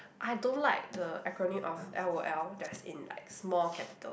I don't like the acronym of L_O_L that's in like small capital